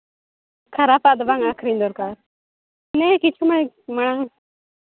ᱠᱷᱟᱨᱟᱯᱟᱜ ᱫᱚ ᱵᱟᱝ ᱟᱹᱠᱷᱨᱤᱧ ᱫᱚᱨᱠᱟᱨ ᱱᱮ ᱠᱷᱤᱪᱷᱩ ᱜᱷᱟᱹᱲᱤ ᱢᱟᱲᱟᱝ